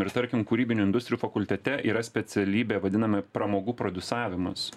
ir tarkim kūrybinių industrijų fakultete yra specialybė vadinama pramogų produsavimas